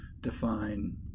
define